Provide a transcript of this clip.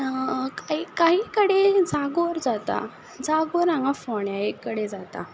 काही कडेन जागोर जाता जागोर हांगा फोण्या एक कडेन जाता